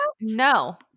No